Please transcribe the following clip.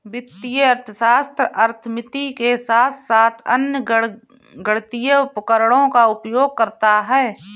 वित्तीय अर्थशास्त्र अर्थमिति के साथ साथ अन्य गणितीय उपकरणों का उपयोग करता है